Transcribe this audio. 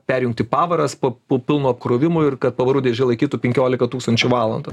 perjungti pavaras po po pilno apkrovimo ir kad pavarų dėžė laikytų penkiolika tūkstančių valandų